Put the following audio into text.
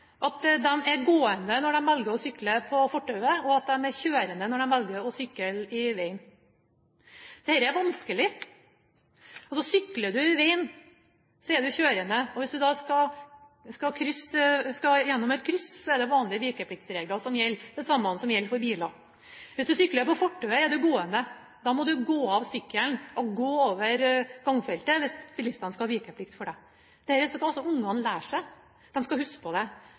at de er gående når de velger å sykle på fortauet, og at de er kjørende når de velger å sykle i veien. Dette er vanskelig. Sykler du i veien, er du kjørende. Hvis du skal gjennom et kryss, er det vanlige vikepliktsregler som gjelder, det samme som gjelder for biler. Hvis du sykler på fortauet, er du gående, da må du gå av sykkelen og gå over gangfeltet hvis bilistene skal ha vikeplikt for deg. Dette skal altså ungene lære seg. De skal huske på det.